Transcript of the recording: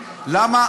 שאלת,